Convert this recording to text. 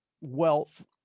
wealth